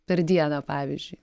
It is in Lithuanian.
per dieną pavyzdžiui